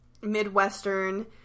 Midwestern